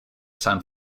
san